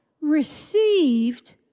received